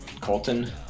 Colton